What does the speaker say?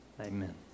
Amen